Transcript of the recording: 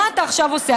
מה אתה עכשיו עושה?